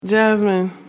jasmine